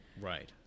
Right